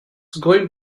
going